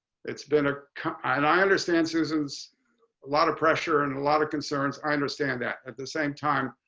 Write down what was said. it's been a and i understand susan's a lot of pressure and a lot of concerns. i understand that at the same time,